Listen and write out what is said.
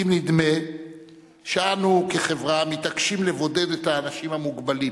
לעתים נדמה שאנו כחברה מתעקשים לבודד את האנשים המוגבלים,